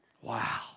Wow